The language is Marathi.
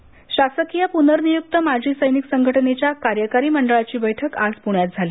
माजी सैनिक बैठक शासकीय पुनर्नियुक्त माजी सैनिक संघटनेच्या कार्यकारी मंडळाची बैठक आज पुण्यात झाली